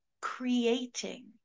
creating